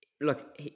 look